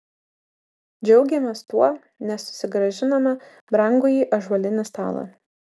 džiaugėmės tuo nes susigrąžinome brangųjį ąžuolinį stalą